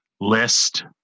list